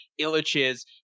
illich's